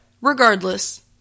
Regardless